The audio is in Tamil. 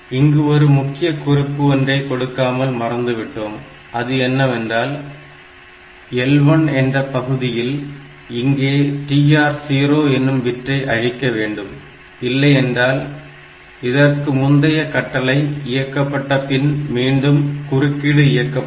இங்கு ஒரு முக்கிய குறிப்பு ஒன்றை கொடுக்காமல் மறந்து விட்டோம் அது என்னவென்றால் L1 என்ற பகுதியில் இங்கே TR0 எனும் பிட்டை அழிக்க வேண்டும் இல்லை என்றால் இதற்கு முந்தைய கட்டளை இயக்கப்பட்ட பின் மீண்டும் குறுக்கீடு இயக்கப்படும்